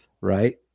Right